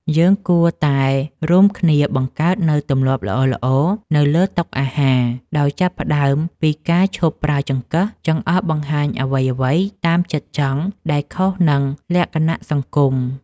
យើងគួរតែរួមគ្នាបង្កើតនូវទម្លាប់ល្អៗនៅលើតុអាហារដោយចាប់ផ្តើមពីការឈប់ប្រើចង្កឹះចង្អុលបង្ហាញអ្វីៗតាមចិត្តចង់ដែលខុសនឹងលក្ខណៈសង្គម។